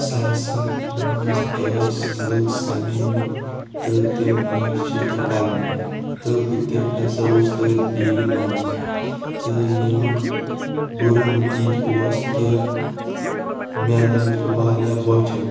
ساسن منٛز ٲسۍ لُکھ سمے مِتۍ تہٕ تِم ٲسۍ چٹھہِ کڑنہِ تہٕ بہٕ تہِ پھسیووُس تٔتھۍ بیٖڑِ منٛز تہٕ ییٚمیُک بُرٕ نٔتیٖجہٕ اوس کہِ مےٚ لٔج واریاہ بۄچھِ